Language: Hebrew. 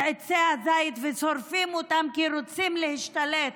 עצי הזית ושורפים אותם כי רוצים להשתלט,